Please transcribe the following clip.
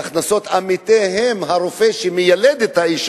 כי כשהם משווים את הכנסותיהם להכנסות עמיתיהם: הרופא שמיילד את האשה,